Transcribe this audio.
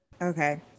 Okay